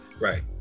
right